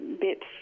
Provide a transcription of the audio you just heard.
bits